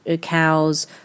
cows